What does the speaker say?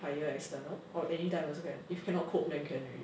hire external or anytime also can if cannot cope then can already